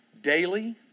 Daily